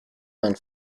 man